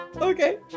Okay